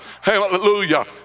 Hallelujah